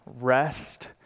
rest